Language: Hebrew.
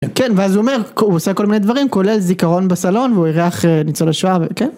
כן ואז הוא אומר, הוא עושה כל מיני דברים כולל זיכרון בסלון והוא אירח ניצולי השואה, כן